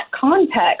context